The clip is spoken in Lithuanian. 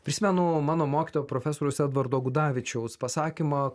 prisimenu mano mokytojo profesoriaus edvardo gudavičiaus pasakymą